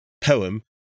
poem